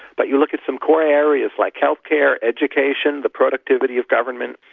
but you look at some core areas like health care, education, the productivity of governments,